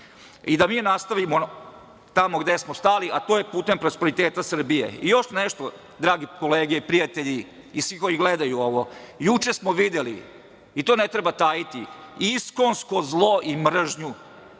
Da mi nastavimo tamo gde smo stali, a to je putem prosperiteta Srbije. Još nešto drage kolege i prijatelji i svi koji gledaju ovo. Juče smo videli i to ne treba tajiti, iskonsko zlo i mržnju.